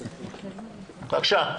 בבקשה.